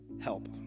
help